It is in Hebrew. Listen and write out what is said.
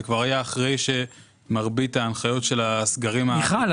זה כבר היה אחרי שמרבית ההנחיות של הסגרים ה --- מיכל,